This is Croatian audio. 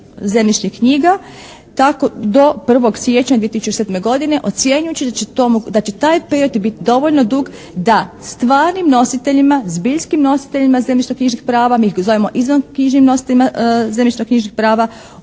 zemljišnih knjiga. Tako do 1. siječnja 2007. godine ocjenjujući već tome da će taj period biti dovoljno dug da stvarnim nositeljima, zbiljskim nositeljima zemljišno-knjižnih prava, mi ih zovemo izvanknjižnim nositeljima zemljišno-knjižnih prava